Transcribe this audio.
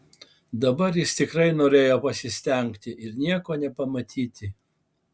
dabar jis tikrai norėjo pasistengti ir nieko nepamatyti